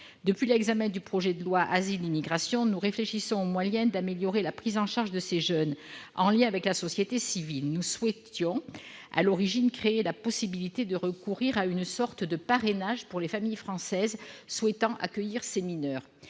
Depuis l'examen du projet de loi Asile et immigration, nous réfléchissons aux moyens d'améliorer la prise en charge de ces jeunes, en lien avec la société civile. Nous souhaitions à l'origine créer la possibilité de recourir à une sorte de parrainage pour les familles françaises souhaitant accueillir ces mineurs.